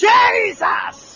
Jesus